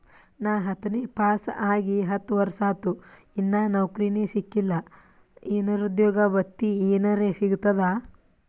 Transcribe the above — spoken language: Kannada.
ನಾ ಹತ್ತನೇ ಪಾಸ್ ಆಗಿ ಹತ್ತ ವರ್ಸಾತು, ಇನ್ನಾ ನೌಕ್ರಿನೆ ಸಿಕಿಲ್ಲ, ನಿರುದ್ಯೋಗ ಭತ್ತಿ ಎನೆರೆ ಸಿಗ್ತದಾ?